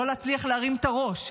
לא להצליח להרים את הראש,